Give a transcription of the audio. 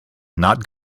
not